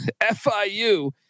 FIU